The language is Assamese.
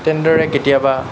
তেনেদৰে কেতিয়াবা